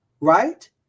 right